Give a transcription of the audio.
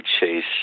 Chase